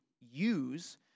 use